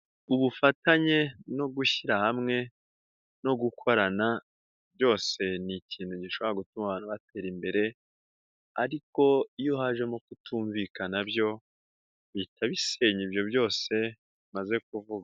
Ubufatanye no gushyira hamwe no gukorana byose ni ikintu gishobora gutuma abantu batera imbere ariko iyo hajemo kutumvikana byo bihita bisenya ibyo byose maze kuvuga.